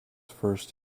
first